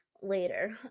later